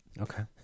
okay